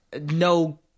no